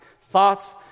Thoughts